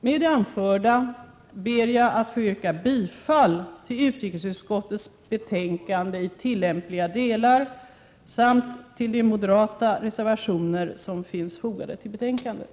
Med det anförda ber jag att få yrka bifall till utrikesutskottets hemställan i tillämpliga delar samt till de moderata reservationer som finns fogade till betänkandet.